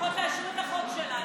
לפחות תאשרו את החוק שלה.